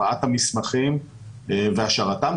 הבאת המסמכים והשארתם,